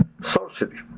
sorcery